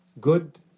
good